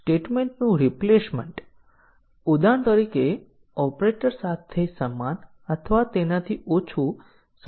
પ્રાયોગિક કાર્યક્રમ માટે આપણે ખરેખર કવરેજ આધારિત ટેસ્ટ સ્યુટ ડિઝાઇન કરતા નથી